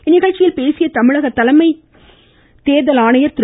இந்நிகழ்ச்சியில் பேசிய தமிழக தலைமை ஆணையர் திரு